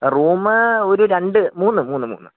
room ഒരു രണ്ട് മൂന്ന് മൂന്ന് മൂന്ന്